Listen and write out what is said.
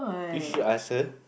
you should ask her